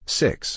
six